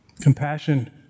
compassion